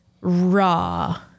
raw